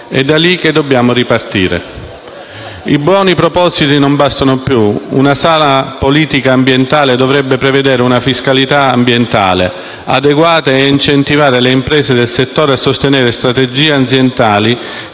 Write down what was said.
È da lì che dobbiamo partire o ripartire. I buoni propositi non bastano più. Una sana politica ambientale dovrebbe prevedere una fiscalità ambientale adeguata che incentivi le imprese del settore a sostenere strategie aziendali